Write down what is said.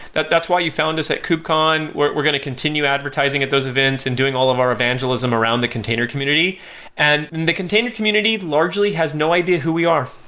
that that's why you found us at kubecon. we're we're going to continue advertising at those events and doing all of our evangelism around the container community and the container community largely has no idea who we are.